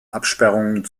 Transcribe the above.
absperrungen